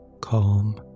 Calm